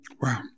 Wow